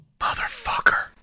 Motherfucker